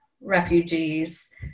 refugees